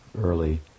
early